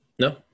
No